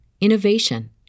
innovation